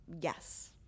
Yes